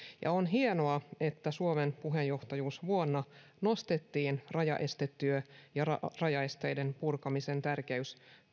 on hienoa että suomen puheenjohtajuusvuonna nostettiin rajaestetyö rajaesteiden purkamisen tärkeys